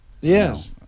Yes